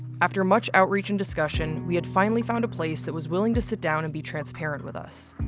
after much outreach and discussion, we had finally found a place that was willing to sit down and be transparent with us,